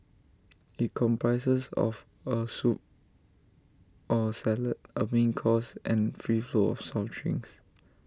IT comprises of A soup or salad A main course and free flow of soft drinks